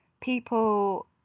people